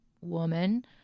woman